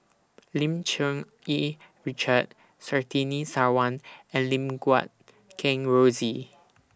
Lim Cherng Yih Richard Surtini Sarwan and Lim Guat Kheng Rosie